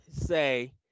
say